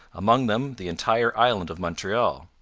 among them the entire island of montreal.